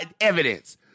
evidence